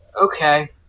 okay